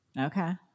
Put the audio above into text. Okay